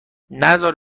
نزار